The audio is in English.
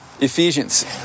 Ephesians